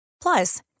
Plus